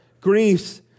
griefs